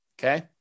Okay